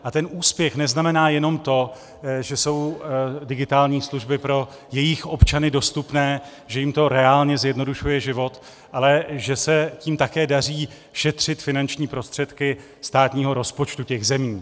A ten úspěch neznamená jenom to, že jsou digitální služby pro jejich občany dostupné, že jim to reálně zjednodušuje život, ale že se tím také daří šetřit finanční prostředky státního rozpočtu těch zemí.